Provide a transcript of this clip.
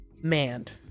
manned